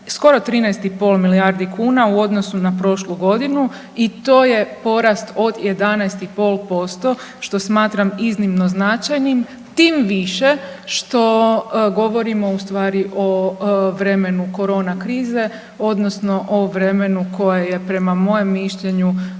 skoro 13,5 milijardi kuna u odnosu na prošlu godinu i to je porast od 11,5% što smatram iznimno značajnim tim više što govorimo ustvari o vremenu korona krize odnosno o vremenu koje je prema mojem mišljenju